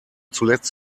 zuletzt